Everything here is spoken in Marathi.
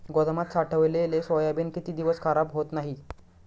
गोदामात साठवलेले सोयाबीन किती दिवस खराब होत नाही?